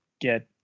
get